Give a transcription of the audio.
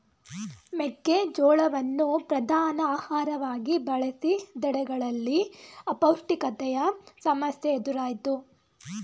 ಮೆಕ್ಕೆ ಜೋಳವನ್ನು ಪ್ರಧಾನ ಆಹಾರವಾಗಿ ಬಳಸಿದೆಡೆಗಳಲ್ಲಿ ಅಪೌಷ್ಟಿಕತೆಯ ಸಮಸ್ಯೆ ಎದುರಾಯ್ತು